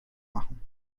machen